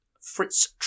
Fritz